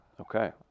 Okay